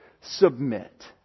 submit